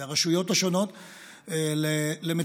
יש